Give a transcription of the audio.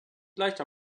leichter